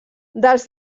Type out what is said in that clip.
dels